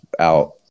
out